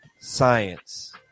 Science